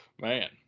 Man